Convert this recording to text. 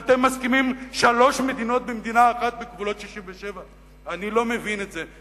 ואתם מסכימים לשלוש מדינות במדינה אחת בגבולות 1967. אני לא מבין את זה.